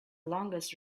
longest